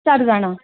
चार जाणां